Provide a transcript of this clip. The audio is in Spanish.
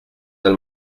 del